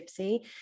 gypsy